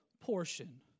portion